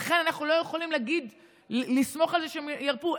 לכן אנחנו לא יכולים לסמוך על זה שהם ירפו.